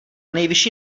nejvyšší